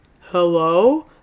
hello